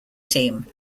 team